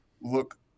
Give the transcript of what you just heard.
look